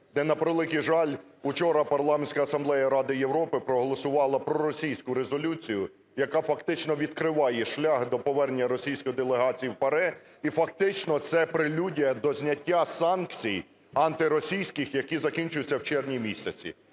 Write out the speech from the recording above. де, на превеликий жаль, вчора Парламентська асамблея Ради Європи проголосувала проросійську резолюцію, яка фактично відкриває шлях до повернення російської делегації в ПАРЄ. І фактично це прелюдія до зняття санкцій антиросійських, які закінчуються в червні